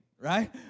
right